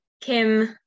Kim